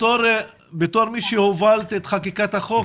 בתור מי שהובילה את חקיקת החוק,